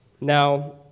Now